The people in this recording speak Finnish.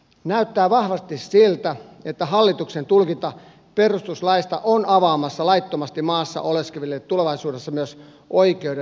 näyttää vahvasti siltä että hallituksen tulkinta perustuslaista on avaamassa laittomasti maassa oleskeleville tulevaisuudessa myös oikeuden toimeentulotukeen